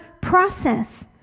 process